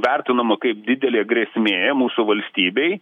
vertinama kaip didelė grėsmė mūsų valstybei